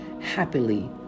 happily